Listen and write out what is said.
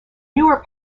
newer